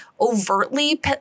overtly